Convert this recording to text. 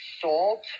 Salt